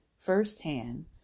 Firsthand